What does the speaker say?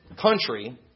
country